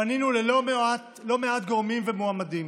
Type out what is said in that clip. פנינו ללא מעט גורמים ומועמדים.